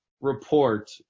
report